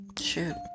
Shoot